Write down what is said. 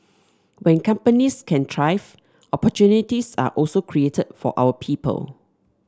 when companies can thrive opportunities are also created for our people